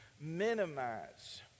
minimize